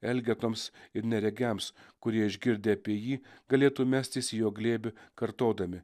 elgetoms ir neregiams kurie išgirdę apie jį galėtų mestis į jo glėbį kartodami